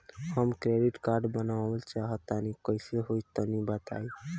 हम credit card बनवावल चाह तनि कइसे होई तनि बताई?